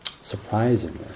surprisingly